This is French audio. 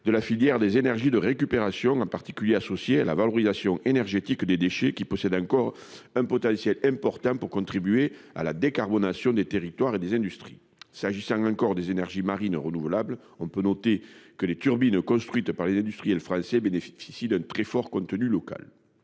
De la filière des énergies de récupération en particulier associé à la valorisation énergétique des déchets qui possède encore un potentiel important pour contribuer à la décarbonation des territoires et des industries s'agissant encore des énergies marines renouvelables. On peut noter que les turbines construites par les industriels français bénéficie d'un très fort contenu local.